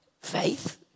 faith